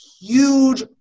huge